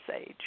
age